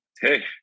hey